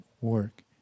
work